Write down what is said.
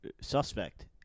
suspect